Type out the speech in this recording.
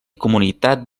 comunitat